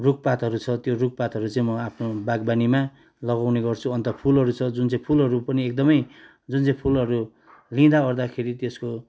रुख पातहरू छ त्यो रुखतहरू चाहिँ म आफ्नो बागवानीमा लगाउने गर्छु अन्त फुलहरू छ जुन चाहिँ फुलहरू लिँदा ओर्दाखेरि त्यसको